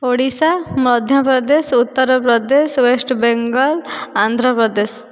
Odisha Madhya Pradesh Uttar Pradesh West Bengal Andhra Pradesh